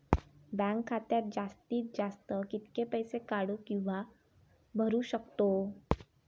Bank खात्यात जास्तीत जास्त कितके पैसे काढू किव्हा भरू शकतो?